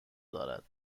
دارد